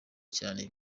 cyane